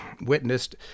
witnessed